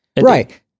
Right